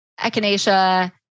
echinacea